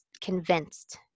convinced